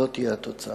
זו תהיה התוצאה.